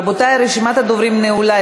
רבותי, רשימת הדוברים נעולה.